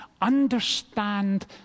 understand